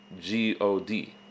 G-O-D